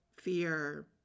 fear